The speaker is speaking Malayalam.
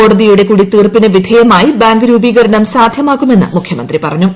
കോടതിയുടെ കൂടി തീർപ്പിന് വിധേയമായി ബാങ്ക് രൂപീകരണം സാധ്യമാക്കുമെന്ന് മുഖ്യമന്ത്രി പറഞ്ഞു